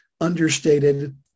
understated